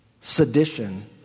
sedition